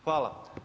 Hvala.